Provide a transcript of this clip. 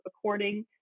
according